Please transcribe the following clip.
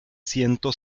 siento